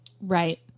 Right